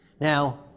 Now